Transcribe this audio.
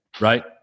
right